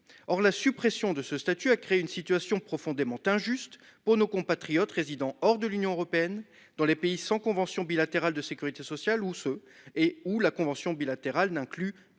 Or, la suppression de ce statut a créé une situation profondément injuste pour nos compatriotes résidant hors de l'Union européenne dans les pays sans convention bilatérale de sécurité sociale ou ceux et où la convention bilatérale n'inclut pas